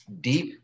deep